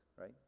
right